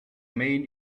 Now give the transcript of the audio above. main